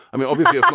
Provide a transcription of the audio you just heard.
i mean obviously